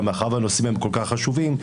מאחר שהנושאים הם כל כך חשובים,